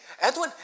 Edwin